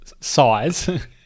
size